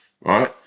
right